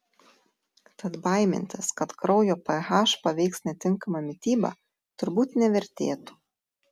tad baimintis kad kraujo ph paveiks netinkama mityba turbūt nevertėtų